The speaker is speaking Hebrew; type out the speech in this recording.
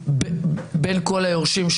בין כל היורשים,